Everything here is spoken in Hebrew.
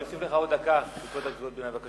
אני אוסיף לך עוד דקה בעקבות קריאות הביניים.